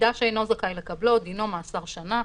מידע שאינו זכאי לקבלו, דינו מאסר שנה.